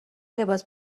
لباس